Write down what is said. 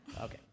Okay